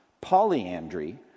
polyandry